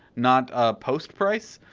not ah post price,